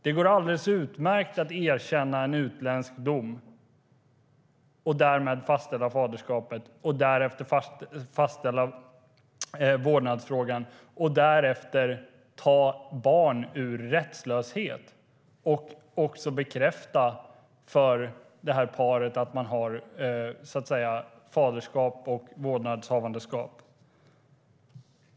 Det går alldeles utmärkt att erkänna en utländsk dom och därmed fastställa faderskapet, fastställa vårdnadshavaren och därefter ta barn ur rättslöshet och därmed också bekräfta för detta par att man har faderskapet och är vårdnadshavare.